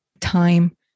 time